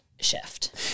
shift